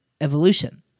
evolution